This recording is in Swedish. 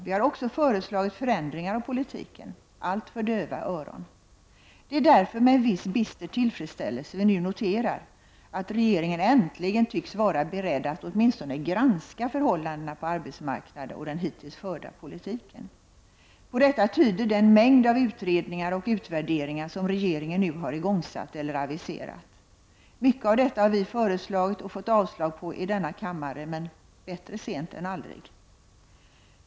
Vi har också föreslagit förändringar av politiken. Allt för döva öron. Det är därför med en viss bister tillfredsställelse vi nu noterar att regeringen äntligen tycks vara beredd att åtminstone granska förhållandena på arbetsmarknaden och den hittills förda politiken. På detta tyder den mängd av utredningar och utvärderingar som regeringen nu har igångsatt eller aviserat. Mycket av detta har vi föreslagit och fått avslag på i denna kammare. Men bättre sent än aldrig!